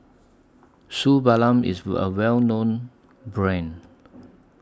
Suu IS A Well known Brand